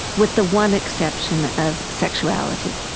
with the one exception of sexuality.